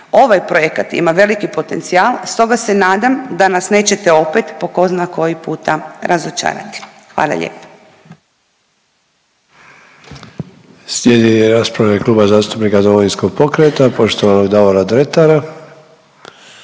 Ovaj projekat ima veliki potencijal, stoga se nadam da nas nećete opet po ko zna koji puta razočarati. Hvala lijepa.